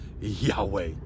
Yahweh